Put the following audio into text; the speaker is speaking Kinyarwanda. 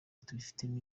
tubifitemo